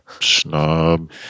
snob